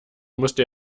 musste